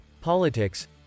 politics